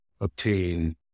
obtain